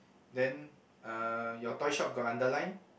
then uh your toy shop got underline